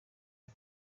ari